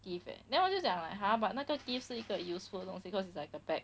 gift leh then 我就讲 like !huh! but 那个 gift 是一个 useful 东西 cause it's like a bag